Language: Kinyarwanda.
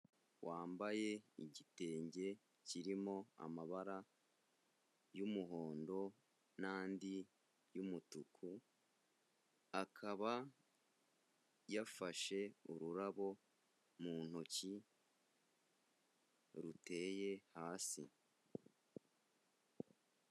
Wambaye igitenge kirimo amabara y'umuhondo n'andi y'umutuku, akaba yafashe ururabo mu ntoki ruteye hasi.